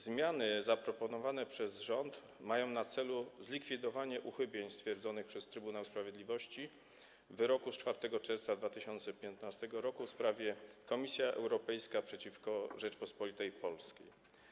Zmiany zaproponowane przez rząd mają na celu zlikwidowanie uchybień stwierdzonych przez Trybunał Sprawiedliwości w wyroku z 4 czerwca 2015 r. w sprawie Komisja Europejska przeciwko Rzeczypospolitej Polskiej.